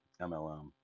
MLM